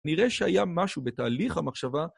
נראה שהיה משהו בתהליך המחשבה.